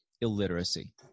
illiteracy